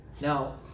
now